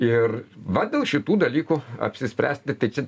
ir va dėl šitų dalykų apsispręsti tai čia